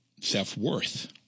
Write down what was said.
self-worth